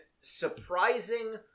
surprising